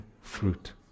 fruit